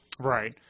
Right